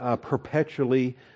perpetually